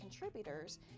contributors